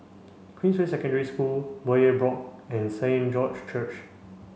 Queensway Secondary School Bowyer Block and Saint George Church